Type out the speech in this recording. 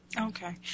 Okay